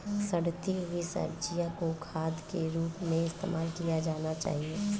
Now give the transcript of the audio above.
सड़ती हुई सब्जियां को खाद के रूप में इस्तेमाल किया जाना चाहिए